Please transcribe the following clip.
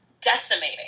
decimating